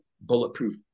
bulletproof